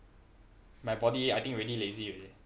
my body I think already lazy already